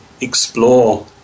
explore